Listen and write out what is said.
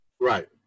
Right